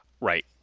Right